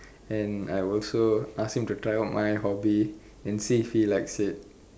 and I also ask him to try out my hobby and see if he likes it